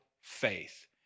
faith